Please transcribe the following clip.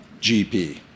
GP